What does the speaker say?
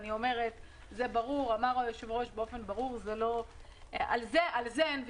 ואמר היושב-ראש באופן ברור שעל זה אין ויכוח.